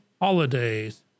holidays